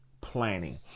planning